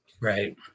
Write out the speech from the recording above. Right